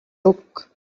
look